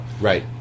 Right